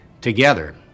together